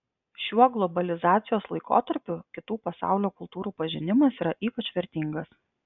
šiuo globalizacijos laikotarpiu kitų pasaulio kultūrų pažinimas yra ypač vertingas